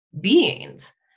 beings